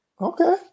Okay